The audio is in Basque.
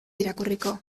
irakurriko